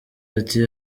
ati